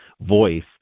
voice